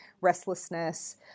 Restlessness